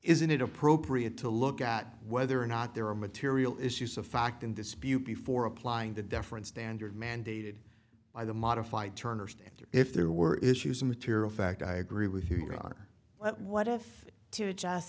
isn't it appropriate to look at whether or not there are material issues of fact in dispute before applying the different standard mandated by the modified turner standard if there were issues of material fact i agree with you are well what if to just